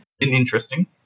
interesting